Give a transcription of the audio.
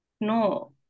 no